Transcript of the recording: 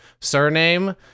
surname